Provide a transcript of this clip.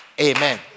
Amen